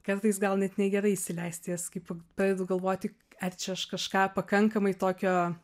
kartais gal net negerai įsileisti jas kaip pradedu galvoti ar čia aš kažką pakankamai tokio